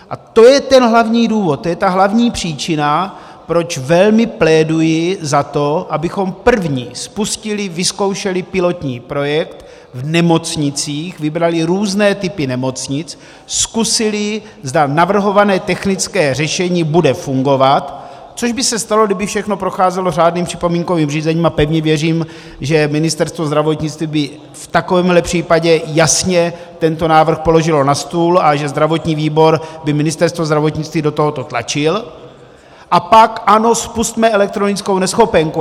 A to je ten hlavní důvod, to je ta hlavní příčina, proč velmi pléduji za to, abychom první spustili, vyzkoušeli pilotní projekt v nemocnicích, vybrali různé typy nemocnic, zkusili, zda navrhované technické řešení bude fungovat, což by se stalo, kdyby všechno procházelo řádným připomínkovým řízením, a pevně věřím, že Ministerstvo zdravotnictví by v takovémto případě jasně tento návrh položilo na stůl, a že zdravotní výbor by Ministerstvo zdravotnictví do tohoto tlačil, a pak ano, spusťme elektronickou neschopenku.